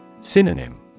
Synonym